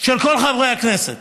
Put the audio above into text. של כל חברי הכנסת